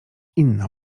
inna